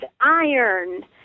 Iron